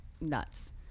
nuts